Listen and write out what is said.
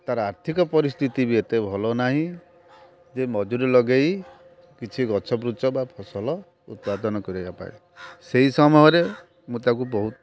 ତା'ର ଆର୍ଥିକ ପରିସ୍ଥିତି ବି ଏତେ ଭଲ ନାହିଁ ଯେ ମଜୁରୀ ଲଗାଇ କିଛି ଗଛ ବୃଛ ବା ଫସଲ ଉତ୍ପାଦନ କରିବା ପାଇଁ ସେହି ସମୟରେ ମୁଁ ତାକୁ ବହୁତ